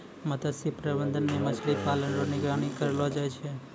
मत्स्य प्रबंधन मे मछली पालन रो निगरानी करलो जाय छै